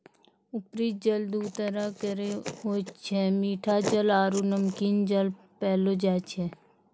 उपरी जल दू तरह केरो होय छै मीठा जल आरु नमकीन जल पैलो जाय छै